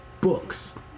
books